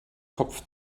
kopf